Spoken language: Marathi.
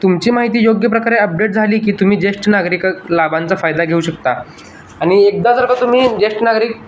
तुमची माहिती योग्य प्रकारे अपडेट झाली की तुम्ही ज्येष्ठ नागरिक लाभांचा फायदा घेऊ शकता आणि एकदा जर का तुम्ही ज्येष्ठ नागरिक